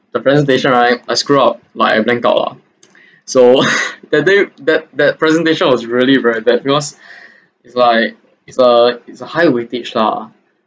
the presentation right I screwed up like I blanked out lah so that day that that presentation was really very bad because it's like it's a it's a high weightage lah